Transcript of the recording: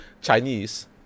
Chinese